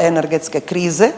energetske krize